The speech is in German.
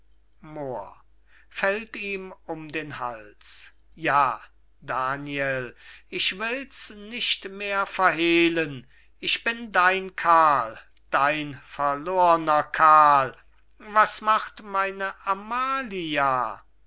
ja daniel ich will's nicht mehr verhehlen ich bin dein karl dein verlorner karl was macht meine amalia